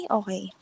okay